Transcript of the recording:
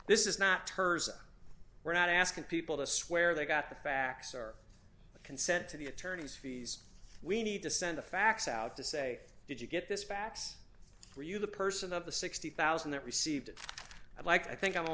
this is not tirzah we're not asking people to swear they got the facts our consent to the attorney's fees we need to send a fax out to say did you get this backs are you the person of the sixty thousand that received i'd like i think i'